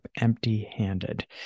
empty-handed